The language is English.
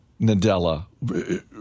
Nadella